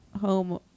home